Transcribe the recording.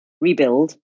Rebuild